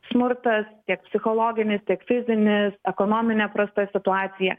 smurtas tiek psichologinis tiek fizinis ekonominė prasta situacija